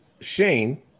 Shane